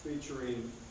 featuring